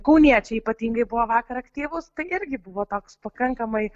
kauniečiai ypatingai buvo vakar aktyvūs tai irgi buvo toks pakankamai